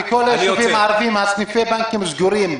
בכל היישובים הערביים, סניפי הבנקים סגורים.